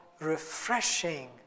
refreshing